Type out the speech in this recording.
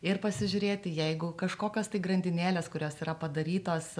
ir pasižiūrėti jeigu kažkokios tai grandinėlės kurios yra padarytos